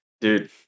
Dude